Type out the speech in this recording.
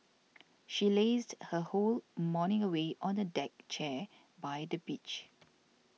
she lazed her whole morning away on a deck chair by the beach